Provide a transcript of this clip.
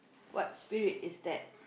what spirit is that